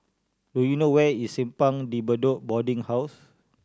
do you know where is Simpang De Bedok Boarding House